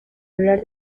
hablar